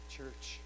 Church